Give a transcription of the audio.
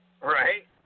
Right